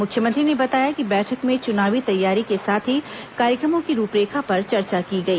मुख्यमंत्री ने बताया कि बैठक में च्नावी तैयारी के साथ ही कार्यक्रमों की रूपरेखा पर चर्चा की गई